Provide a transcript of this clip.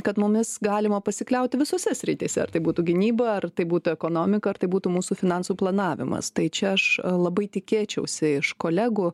kad mumis galima pasikliauti visose srityse ar tai būtų gynyba ar tai būtų ekonomika ar tai būtų mūsų finansų planavimas tai čia aš labai tikėčiausi iš kolegų